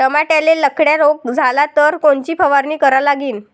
टमाट्याले लखड्या रोग झाला तर कोनची फवारणी करा लागीन?